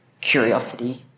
curiosity